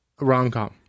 rom-com